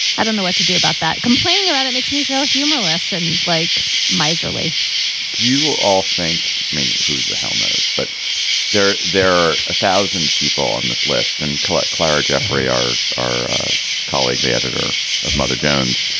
i don't know what to do about that complaining about it makes me feel humourless and like miserly do you all think. i mean who the hell knows. but there there are a thousand people on this list and collect clara jeffrey our our colleague the editor of mother jones